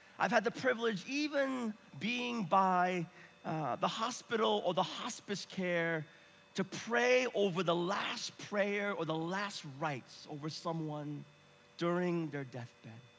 i've had the privilege even being by the hospital or the hospice care to pray over the last prayer or the last rights over someone during their death bed.